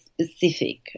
specific